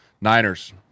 Niners